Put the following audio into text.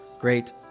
Great